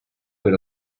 per